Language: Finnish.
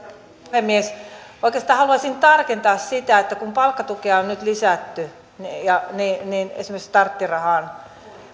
puhemies oikeastaan haluaisin tarkentaa sitä että kun palkkatukea on nyt lisätty esimerkiksi starttirahaan